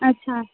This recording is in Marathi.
अच्छा